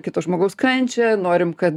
kito žmogaus kančią norim kad